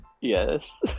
Yes